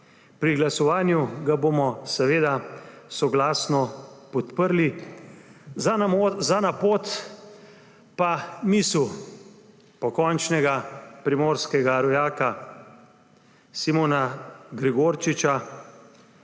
Pri glasovanju ga bomo seveda soglasno podprli. Za na pot pa misel pokončnega primorskega rojaka Simona Gregorčiča: